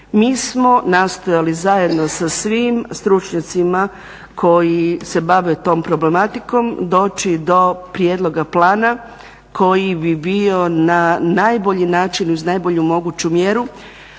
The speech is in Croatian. Mi smo nastojali zajedno sa svim stručnjacima koji se bave tom problematikom doći do prijedloga plana koji bi bio na najbolji način, uz najbolju moguću mjeru